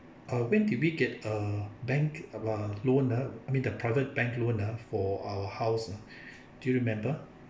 uh when did we get a bank of uh loan ah I mean the private bank loan ah for our house ah do you remember